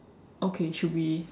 okay should be